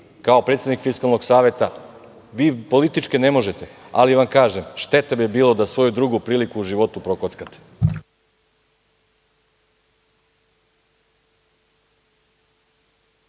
kao predsednik Fiskalnog saveta, vi političke ne možete, ali vam kažem, šteta bi bilo da svoju drugu priliku u životu prokockate.